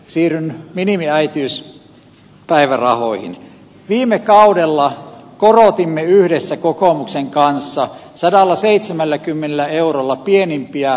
siren minimiäitiys päivärahoihin viime kaudella korotimme yhdessä kokoomuksen kanssa sadallaseitsemälläkymmenellä eurolla pienimpiä